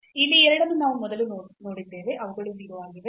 ಇಲ್ಲಿ ಈ ಎರಡನ್ನು ನಾವು ಮೊದಲು ನೋಡಿದ್ದೇವೆ ಅವುಗಳು 0 ಆಗಿವೆ